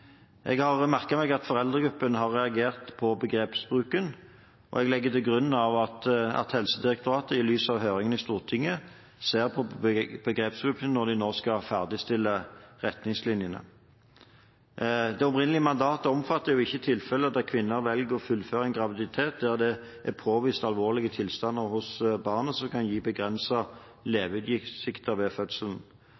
Jeg har merket meg at foreldregruppen har reagert på begrepsbruken, og jeg legger til grunn at Helsedirektoratet, i lys av høringen i Stortinget, ser på begrepsbruken når de nå skal ferdigstille retningslinjene. Det opprinnelige mandatet omfatter ikke tilfeller der kvinnen velger å fullføre en graviditet der det er påvist alvorlige tilstander hos barnet som kan gi